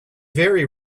very